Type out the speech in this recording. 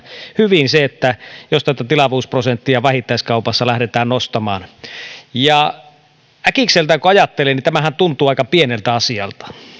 hyvin jos tätä tilavuusprosenttia vähittäiskaupassa lähdetään nostamaan äkikseltään kun ajattelee niin tämähän tuntuu aika pieneltä asialta